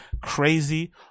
crazy